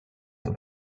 that